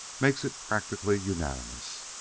makes it practically unanimous.